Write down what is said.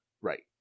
Right